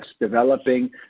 developing